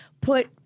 put